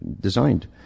designed